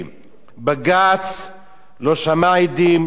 על מה אתה מדבר?